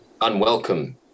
unwelcome